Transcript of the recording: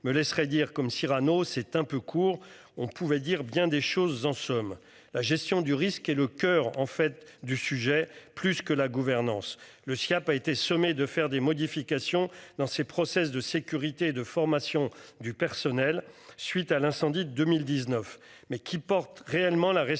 me laisserai dire comme Cyrano, c'est un peu court, on pouvait dire bien des choses en somme la gestion du risque et le coeur en fête du sujet plus que la gouvernance le Siaap a été sommé de faire des modifications dans ses process de sécurité et de formation du personnel, suite à l'incendie de 2019, mais qui porte réellement la responsabilité